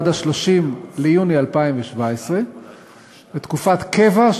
עד 30 ביוני 2017; ותקופת קבע,